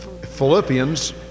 Philippians